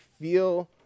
feel